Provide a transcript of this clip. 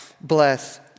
bless